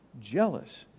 jealous